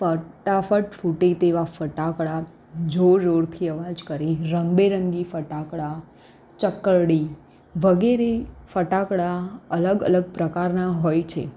ફટાફટ ફૂટે તેવા ફટકડા જોર જોરથી અવાજ કરે રંગબેરંગી ફટાકડા ચકરડી વગેરે ફટાકડા અલગ અલગ પ્રકારના હોય છે